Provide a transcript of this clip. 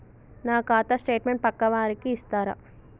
నా ఖాతా స్టేట్మెంట్ పక్కా వారికి ఇస్తరా?